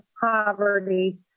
poverty